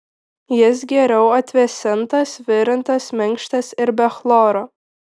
jis geriau atvėsintas virintas minkštas ir be chloro